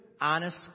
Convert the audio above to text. honest